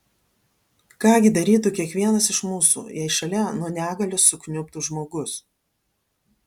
ką gi darytų kiekvienas iš mūsų jei šalia nuo negalios sukniubtų žmogus